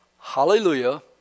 Hallelujah